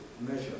measure